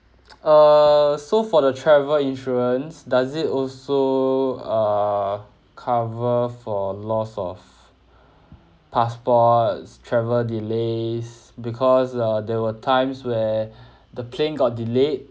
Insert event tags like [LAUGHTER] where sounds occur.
[NOISE] err so for the travel insurance does it also err cover for loss of [BREATH] passports travel delays because uh there were times where [BREATH] the plane got delayed